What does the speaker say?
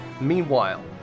Meanwhile